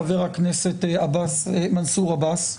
חבר הכנסת מנסור עבאס.